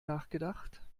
nachgedacht